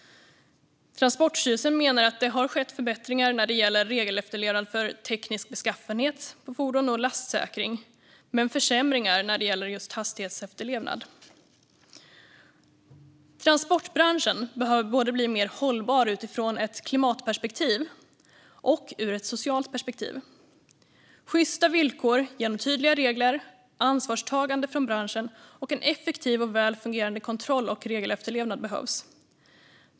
Transportstyrelsen menar att det har skett förbättringar när det gäller regelefterlevnad för teknisk beskaffenhet för fordon liksom för lastsäkring men försämringar när det gäller just hastighetsefterlevnad. Transportbranschen behöver bli mer hållbar utifrån både ett klimatperspektiv och ett socialt perspektiv. Sjysta villkor genom tydliga regler, ansvarstagande från branschen och en effektiv och väl fungerande kontroll och regelefterlevnad behövs.